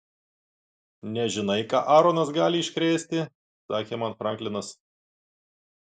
nežinai ką aaronas gali iškrėsti sakė man franklinas